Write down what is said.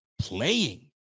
playing